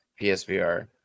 PSVR